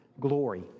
glory